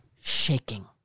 shaking